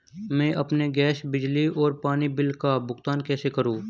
मैं अपने गैस, बिजली और पानी बिल का भुगतान कैसे करूँ?